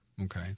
Okay